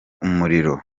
umuriro